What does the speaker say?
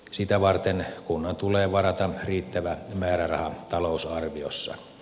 sitä varten kunnan tulee varata riittävä määräraha talousarviossa